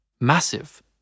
massive